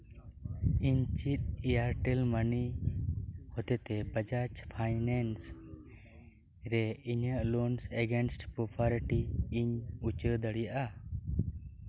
ᱤᱧ ᱪᱮᱫ Airtel money ᱦᱚᱛᱮᱛᱮ ᱵᱟᱡᱟᱡ ᱯᱷᱟᱭᱱᱟᱱᱥ ᱨᱮ ᱤᱧᱟᱹᱜ ᱞᱳᱱ ᱮᱜᱮᱱᱥᱴ ᱯᱨᱳᱯᱟᱨᱴᱤ ᱤᱧ ᱩᱪᱟᱹᱲ ᱫᱟᱲᱮᱭᱟᱜᱼᱟ